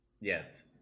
Yes